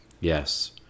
Yes